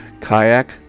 Kayak